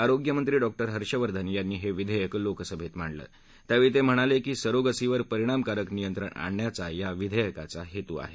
आरोग्यमंत्री डॉक्टर हर्षवर्धन यांनी हे विधेयक लोकसभेत मांडलं त्यावेळी ते म्हणाले की सरोगसीवर परिणामकारक नियंत्रण आणण्याचा या विधेयकाचा हेतू आहे